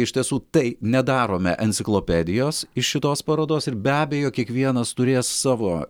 iš tiesų tai nedarome enciklopedijos iš šitos parodos ir be abejo kiekvienas turės savo